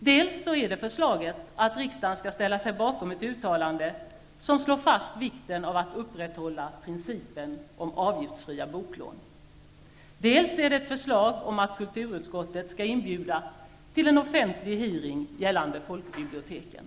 För det första föreslås att riksdagen skall ställa sig bakom ett uttalande som slår fast vikten av att upprätthålla principen om avgiftsfria boklån. För det andra föreslås att kulturutskottet skall inbjuda till en offentlig hearing gällande folkbiblioteken.